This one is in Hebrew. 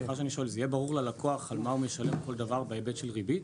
זה יהיה ברור ללקוח על מה הוא משלם כל דבר בהיבט של ריבית?